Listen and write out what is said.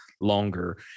longer